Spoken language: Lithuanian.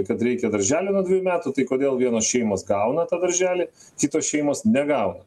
kad reikia darželio nuo dvejų metų tai kodėl vienos šeimos gauna tą darželį kitos šeimos negauna